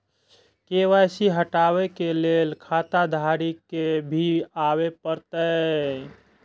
KYC हटाबै के लैल खाता धारी के भी आबे परतै?